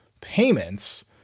payments